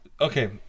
Okay